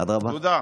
תודה.